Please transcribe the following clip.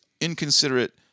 inconsiderate